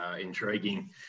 Intriguing